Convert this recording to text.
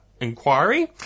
Inquiry